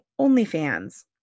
OnlyFans